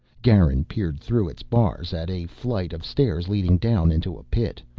garin peered through its bars at a flight of stairs leading down into a pit.